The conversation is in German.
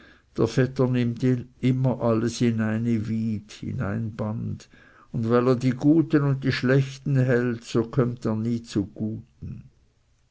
immer alles in eine wid und weil er die guten wie die schlechten hält so kömmt er nie zu guten